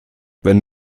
wenn